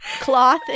cloth